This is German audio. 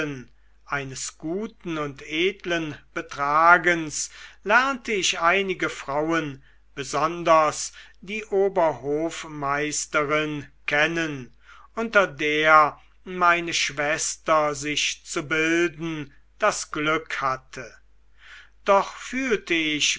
eines guten und edlen betragens lernte ich einige frauen besonders die oberhofmeisterin kennen unter der meine schwester sich zu bilden das glück hatte doch fühlte ich